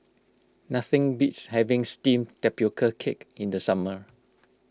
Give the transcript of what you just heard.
nothing beats having Steamed Tapioca Cake in the summer